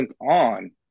on